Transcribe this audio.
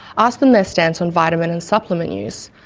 ask them their stance on vitamin and supplement use.